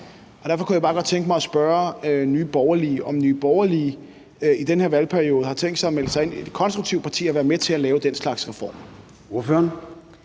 Derfor kunne jeg bare godt tænke mig at spørge Nye Borgerlige, om Nye Borgerlige i den her valgperiode har tænkt sig at melde sig som et konstruktivt parti og være med til at lave den slags reformer.